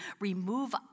remove